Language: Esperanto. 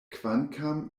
kvankam